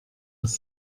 aus